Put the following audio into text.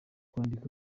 bandika